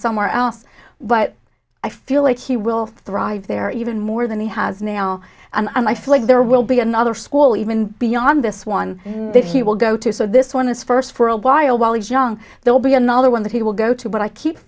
somewhere else but i feel like he will thrive there even more than he has now and i feel like there will be another school even beyond this one that he will go to so this one is first for a while while he's young they'll be another one that he will go to but i keep